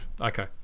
Okay